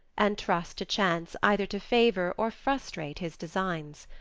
and trust to chance either to favour or frustrate his designs.